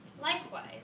Likewise